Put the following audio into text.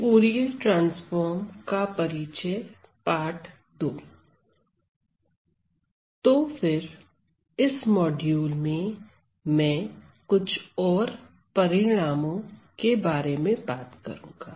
तो फिर इस मॉड्यूल में मैं कुछ और परिणामों के बारे में बात करूंगा